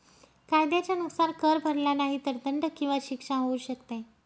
कायद्याच्या नुसार, कर भरला नाही तर दंड किंवा शिक्षा होऊ शकते